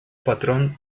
patrón